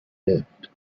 lived